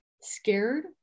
scared